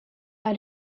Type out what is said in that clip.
are